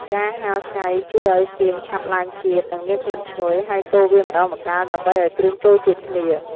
ការហាលថ្ងៃជួយឱ្យសៀងឆាប់ឡើងជាតិ និងមានក្លិនឈ្ងុយ ហើយកូរវាម្ដងម្កាល ដើម្បីឱ្យគ្រឿងចូលជាតិគ្នា។